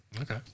Okay